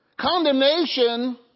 Condemnation